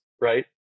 right